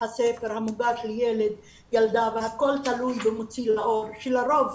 הספר המוגש לילד או ילדה והכול תלוי במוציא לאור שלרוב,